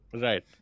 Right